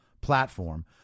platform